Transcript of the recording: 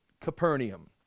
Capernaum